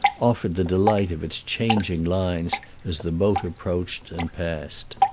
offered the delight of its changing lines as the boat approached and passed.